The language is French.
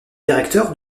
directeur